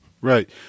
right